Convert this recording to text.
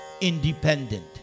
independent